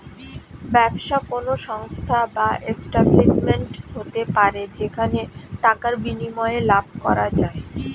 ব্যবসা কোন সংস্থা বা এস্টাব্লিশমেন্ট হতে পারে যেখানে টাকার বিনিময়ে লাভ করা যায়